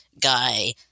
guy